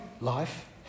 life